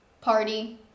party